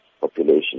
population